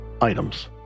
items